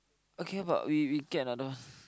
okay but we we get another